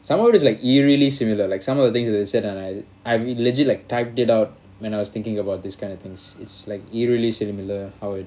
some of it is like eerily similar like some of the things that they said are like I li~ I rea~ legit like typed it out when I was thinking about these kind of things it's like eerily similar how it